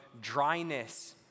dryness